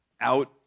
out